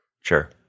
Sure